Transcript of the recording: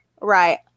Right